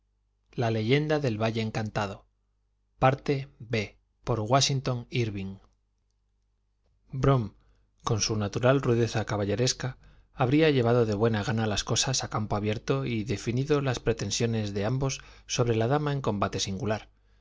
el preceptor del valle encantado brom con su natural rudeza caballeresca habría llevado de buena gana las cosas a campo abierto y definido las pretensiones de ambos sobre la dama en combate singular